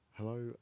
Hello